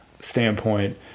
standpoint